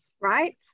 right